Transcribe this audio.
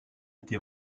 été